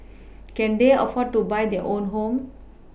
can they afford to buy their own home